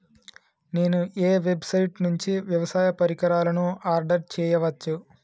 నేను ఏ వెబ్సైట్ నుండి వ్యవసాయ పరికరాలను ఆర్డర్ చేయవచ్చు?